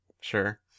Sure